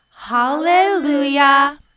Hallelujah